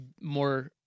more